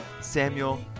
Samuel